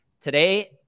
Today